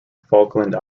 falkland